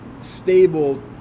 stable